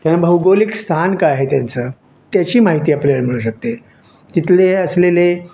त्या भौगोलिक स्थान काय आहे त्यांचं त्याची माहिती आपल्याला मिळू शकते तिथले असलेले